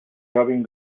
robin